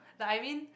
like I mean